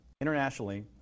Internationally